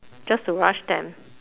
just to rush them